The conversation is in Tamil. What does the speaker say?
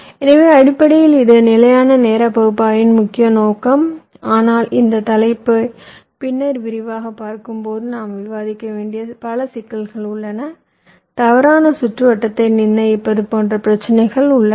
எனவே அடிப்படையில் இது நிலையான நேர பகுப்பாய்வின் முக்கிய நோக்கம் ஆனால் இந்த தலைப்பை பின்னர் விரிவாகப் பார்க்கும்போது நாம் விவாதிக்க வேண்டிய பல சிக்கல்கள் உள்ளன தவறான சுற்றுவட்டத்தை நிர்ணயிப்பது போன்ற பிரச்சினைகள் உள்ளன